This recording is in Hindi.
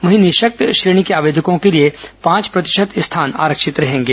वहीं निःशक्त श्रेणी के आर्वेदकों के लिए पांच प्रतिशत स्थान आरक्षित रहेंगे